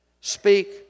speak